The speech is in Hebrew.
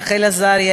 רחל עזריה,